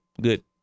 good